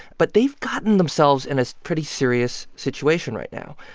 but they've gotten themselves in a pretty serious situation right now.